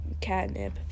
catnip